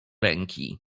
ręki